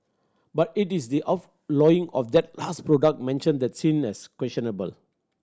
but it is the outlawing of that last product mentioned that's seen as questionable